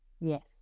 Yes